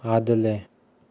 आदलें